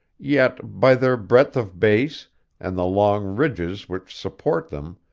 yet, by their breadth of base and the long ridges which support them,